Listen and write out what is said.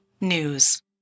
News